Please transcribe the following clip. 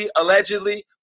allegedly